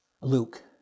Luke